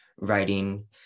writing